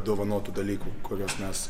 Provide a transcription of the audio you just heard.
dovanotų dalykų kuriuos mes